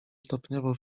stopniowo